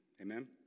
Amen